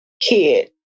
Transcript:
kid